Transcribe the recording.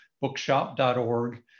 bookshop.org